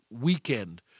weekend